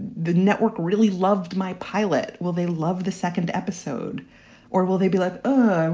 the network really loved my pilot. will they love the second episode or will they be like, oh,